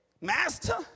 Master